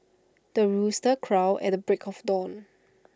the rooster crows at the break of dawn